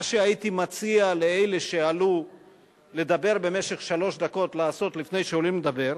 מה שהייתי מציע לאלה שעלו לדבר במשך שלוש דקות לעשות לפני שעולים לדבר,